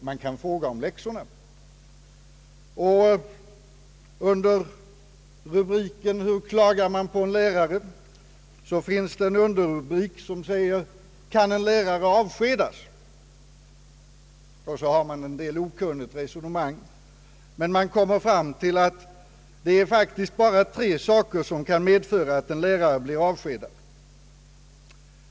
Man kan fråga om läxorna.» Under rubriken »Hur klagar man på en lärare?» finns en underrubrik, som heter »Kan en lärare avskedas?» Där förs en del okunnigt resonemang, men man kommer fram till följande: »Det är faktiskt bara tre saker som kan medföra att en lärare blir avskedad.